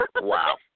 Wow